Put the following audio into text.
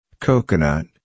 coconut